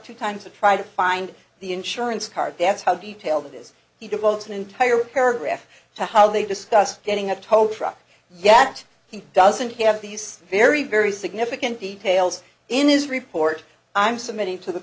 two times to try to find the insurance car dance how detailed it is he developed an entire paragraph to how they discussed getting a tow truck yet he doesn't have these very very significant details in his report i'm submitting to the